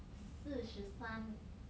四十三